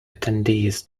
attendees